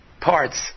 parts